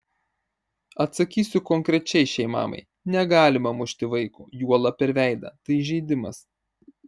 atsakysiu konkrečiai šiai mamai negalima mušti vaiko juolab per veidą tai įžeidimas